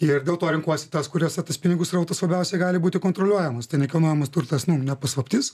ir dėl to renkuosi tas kuriose tas pinigų srautas labiausiai gali būti kontroliuojamas tai ekilnojamas turtas ne paslaptis